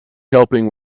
helping